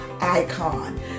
icon